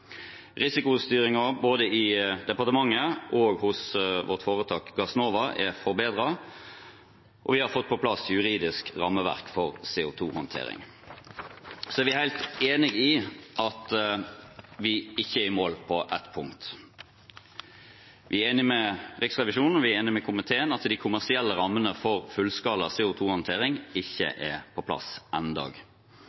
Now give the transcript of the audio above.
hos vårt foretak Gassnova er forbedret, og vi har fått på plass juridisk rammeverk for CO 2 -håndtering. Vi er helt enig i at vi ikke er i mål på ett punkt. Vi er enig med Riksrevisjonen, og vi er enig med komiteen i at de kommersielle rammene for fullskala CO 2 -håndtering ikke